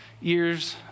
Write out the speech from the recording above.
years